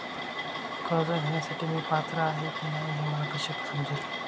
कर्ज घेण्यासाठी मी पात्र आहे की नाही हे मला कसे समजेल?